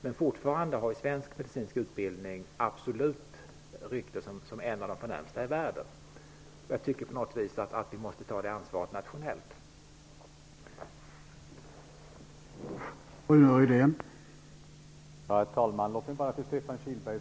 Men fortfarande har svensk medicinsk utbildning rykte som en av de förnämsta i världen. Jag tycker att vi på något vis måste ta detta nationella ansvar.